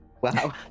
Wow